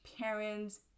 parents